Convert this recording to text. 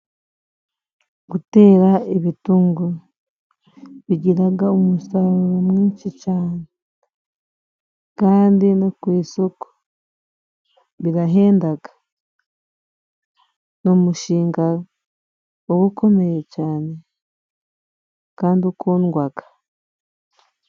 Gutera ibitunguru bigiraga umusaruro mwinshi cyane kandi no ku isoko birahendaga, ni umushinga uba ukomeye cyane kandi ukundwaga.